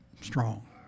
strong